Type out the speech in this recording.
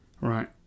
Right